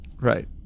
Right